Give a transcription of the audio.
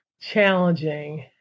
challenging